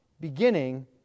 beginning